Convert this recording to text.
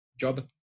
job